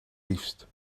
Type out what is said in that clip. liefst